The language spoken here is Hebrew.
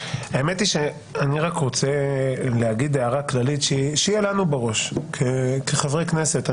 האמת היא שאני רק רוצה להגיד הערה כללית שיהיה לנו בראש כחברי הכנסת.